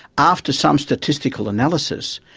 after some statistical analysis,